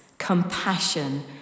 compassion